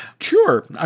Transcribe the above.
Sure